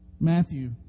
Matthew